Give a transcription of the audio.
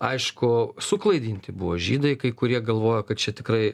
aišku suklaidinti buvo žydai kai kurie galvojo kad čia tikrai